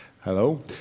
Hello